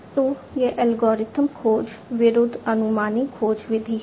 तो यह एल्गोरिथम खोज विरूद्ध अनुमानी खोज विधि है